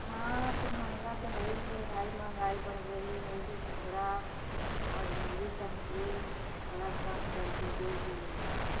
हाँ तो महंगा तो है ही है भाई महंगाई बढ़ गई थोड़ा मज़दूर ही समझिए थोड़ा कम कर दीजिए